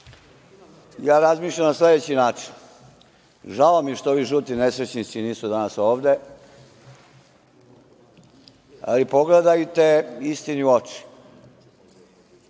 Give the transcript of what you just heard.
ja razmišljam na sledeći način. Žao mi je što ovi žuti nesrećnici nisu danas ovde, ali pogledajte istini u